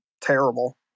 terrible